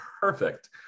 perfect